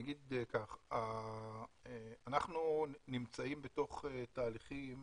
אנחנו נמצאים בתוך תהליכים